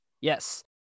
Yes